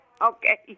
okay